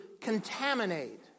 contaminate